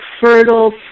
fertile